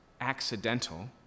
accidental